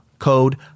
Code